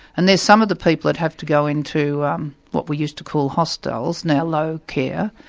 and there's some of the people that have to go into what we used to call hostels, now low-care,